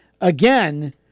again